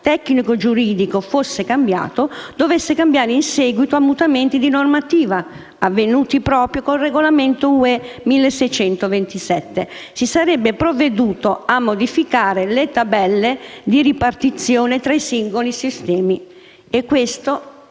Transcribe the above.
se il quadro tecnico-giuridico fosse cambiato in seguito a mutamenti di normativa (avvenuti proprio con il regolamento UE 1627 ) si sarebbe provveduto a modificare le tabelle di ripartizione fra i singoli sistemi.